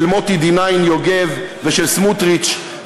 של מוטי D-9 יוגב ושל סמוטריץ,